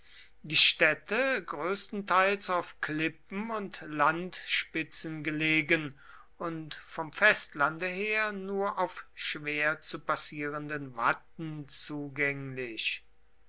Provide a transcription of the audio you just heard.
die städte größtenteils auf klippen und landspitzen gelegen und vom festlande her nur auf schwer zu passierenden watten zugänglich